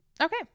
Okay